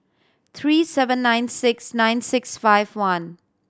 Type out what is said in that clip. three seven nine six nine six five one